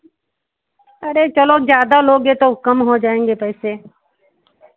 अरे चलो ज़्यादा लोगे तो कम हो जाएंगे पैसे